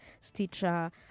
Stitcher